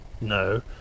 No